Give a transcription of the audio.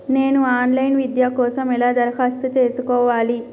నేను online విద్య కోసం ఎలా దరఖాస్తు చేసుకోవాలి?